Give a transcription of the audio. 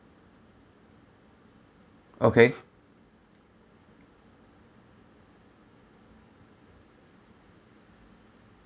okay